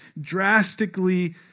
drastically